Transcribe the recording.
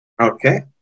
Okay